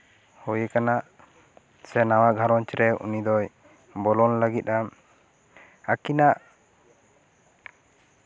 ᱦᱩᱭᱟᱠᱟᱱᱟ ᱥᱮ ᱱᱟᱣᱟ ᱜᱷᱟᱨᱚᱸᱡᱽ ᱨᱮ ᱩᱱᱤ ᱫᱚᱭ ᱵᱚᱞᱚᱱ ᱞᱟᱹᱜᱤᱫᱼᱟ ᱟᱠᱤᱱᱟᱜ